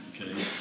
okay